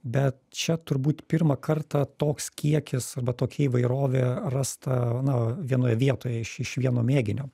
bet čia turbūt pirmą kartą toks kiekis arba tokia įvairovė rasta na vienoje vietoje iš iš vieno mėginio